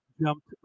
jumped